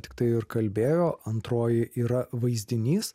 tiktai ir kalbėjo antroji yra vaizdinys